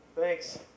Thanks